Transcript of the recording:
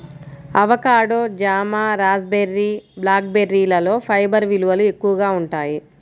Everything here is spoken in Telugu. అవకాడో, జామ, రాస్బెర్రీ, బ్లాక్ బెర్రీలలో ఫైబర్ విలువలు ఎక్కువగా ఉంటాయి